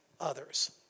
others